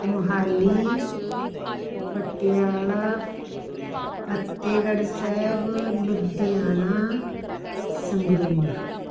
Mohali Patiala Fatehgarh Sahib Ludhiana Sangrur